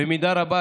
במידה רבה,